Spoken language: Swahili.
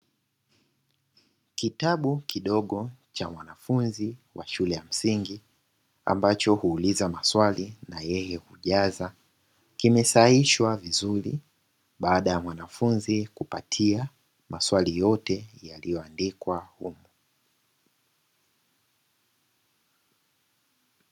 Kitabu kidogo cha mwanafunzi wa shule ya msingi, ambacho huuliza maswali na yeye hujaza, kimesahihishwa vizuri baada ya mwanafunzi kupatia maswali yote yaliyoandikwa humo.